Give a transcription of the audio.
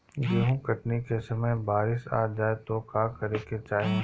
गेहुँ कटनी के समय बारीस आ जाए तो का करे के चाही?